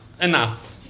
enough